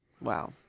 wow